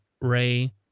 Ray